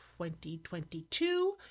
2022